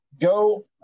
go